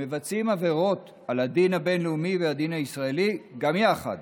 ומבצעים עבירות על הדין הבין-לאומי והדין הישראלי גם יחד,